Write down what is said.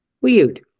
Weird